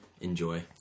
Enjoy